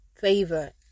favor